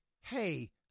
Hey